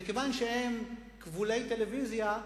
וכיוון שהם כבולי טלוויזיה,